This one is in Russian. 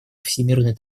всемирной